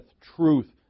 truth